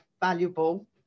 valuable